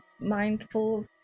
mindful